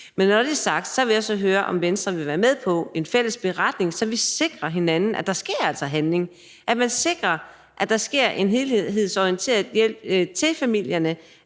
er. Når det er sagt, vil jeg høre, om Venstre vil være med til en fælles beretning, så vi holder hinanden fast på, at der altså vil blive handlet, at vi sikrer, at der ydes en helhedsorienteret hjælp til familierne,